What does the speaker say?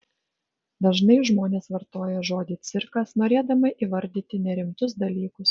dažnai žmonės vartoja žodį cirkas norėdami įvardyti nerimtus dalykus